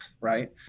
right